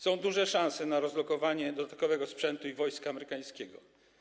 Są duże szanse na rozlokowanie dodatkowego sprzętu i wojska amerykańskiego.